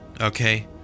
okay